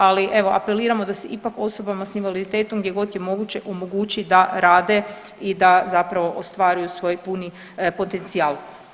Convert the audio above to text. Ali evo apeliramo da se ipak osobama s invaliditetom gdje god je moguće omogući da rade i da zapravo ostvaruju svoj puni potencijal.